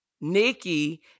Nikki